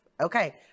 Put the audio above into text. Okay